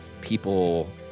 people